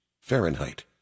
Fahrenheit